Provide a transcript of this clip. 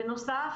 בנוסף,